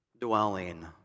dwelling